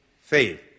faith